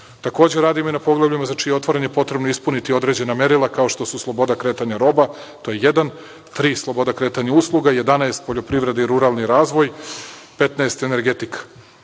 mreže. Takođe, radimo i na poglavljima za čije je otvaranje potrebno ispuniti određena merila, kao što su sloboda kretanja roba, to je jedan, tri – sloboda kretanja usluga, 11 – poljoprivreda i ruralni razvoj, 15 – energetika. Želim